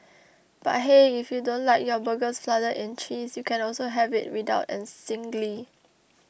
but hey if you don't like your burgers flooded in cheese you can also have it without and singly